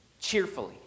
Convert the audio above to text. cheerfully